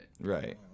Right